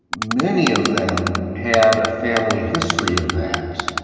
many of them had a family history of that.